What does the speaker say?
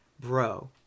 Bro